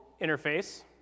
interface